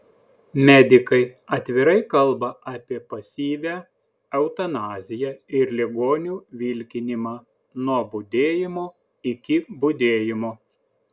medikai atvirai kalba apie pasyvią eutanaziją ir ligonių vilkinimą nuo budėjimo iki budėjimo